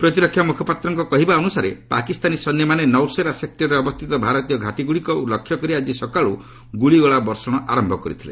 ପ୍ରତିରକ୍ଷା ମୁଖପାତ୍ରଙ୍କ କହିବା ଅନୁସାରେ ପାକିସ୍ତାନୀ ସୈନ୍ୟମାନେ ନୌସେରା ସେକୂରରେ ଅବସ୍ଥିତ ଭାରତୀୟ ଘାଟିଗୁଡ଼ିକୁ ଲକ୍ଷ୍ୟ କରି ଆଜି ସକାଳୁ ଗୁଳିଗୋଳା ବର୍ଷର ଆରମ୍ଭ କରିଥିଲେ